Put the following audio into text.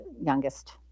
youngest